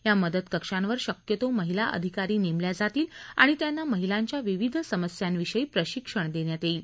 या मदतकक्षांवर शक्यतो महिला अधिकारी नेमल्या जातील आणि त्यांना महिलांच्या विविध समस्यांविषयी प्रशिक्षण देण्यात येईल